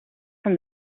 from